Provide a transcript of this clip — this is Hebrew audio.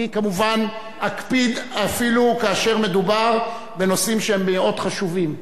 אני כמובן אקפיד אפילו כאשר מדובר בנושאים שהם מאוד חשובים.